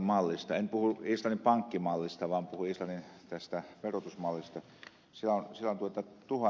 en puhu islannin pankkimallista vaan puhun tästä islannin verotusmallista